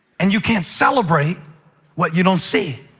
and you can't celebrate what you don't see.